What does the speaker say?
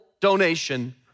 donation